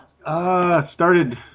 Started